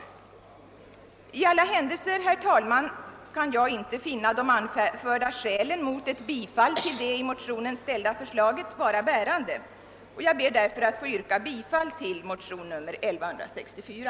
I alla händelser, herr talman, kan jag inte finna de anförda skälen mot ett bifall till det i motionen II: 1164 ställda förslaget vara bärande. Jag ber därför att få yrka bifall till motionen II: 1164.